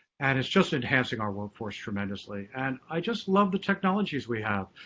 and it's just enhancing our work force tremendously. and i just love the technologies we have.